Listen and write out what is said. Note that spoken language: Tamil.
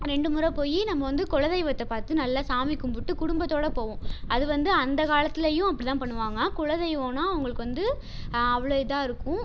ரெண்டு முறை போய் நம்ம வந்து குலதெய்வத்த பார்த்து நல்லா சாமி கும்பிட்டு குடும்பத்தோட போவோம் அது வந்து அந்த காலத்துலேயும் அப்படி தான் பண்ணுவாங்க குலதெய்வோம்னா அவங்களுக்கு வந்து அவ்வளோ இதாக இருக்கும்